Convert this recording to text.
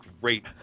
great